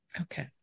okay